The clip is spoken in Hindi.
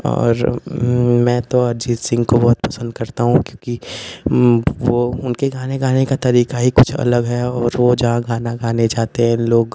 और मैं तो अरिजित सिंह को बहुत पसंद करता हूँ क्योंकि वो उनके गाने गाने का तरीका हीं कुछ अलग है और वो जहाँ गाना गाने जाते हैं लोग